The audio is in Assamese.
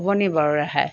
হ'ব নি বাৰু ৰেহাই